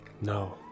No